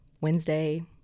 Wednesday